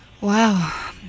Wow